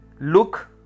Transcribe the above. look